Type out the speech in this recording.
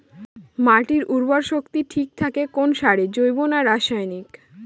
মাটির উর্বর শক্তি ঠিক থাকে কোন সারে জৈব না রাসায়নিক?